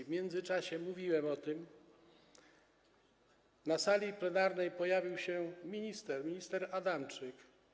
W międzyczasie - mówiłem o tym - na sali plenarnej pojawił się minister Adamczyk.